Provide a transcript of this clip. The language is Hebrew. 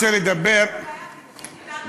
אני אגיד לך מה, אין בעיה, כי ביטן פה.